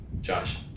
Josh